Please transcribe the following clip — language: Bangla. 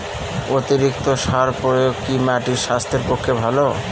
অতিরিক্ত সার প্রয়োগ কি মাটির স্বাস্থ্যের পক্ষে ভালো?